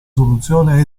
soluzione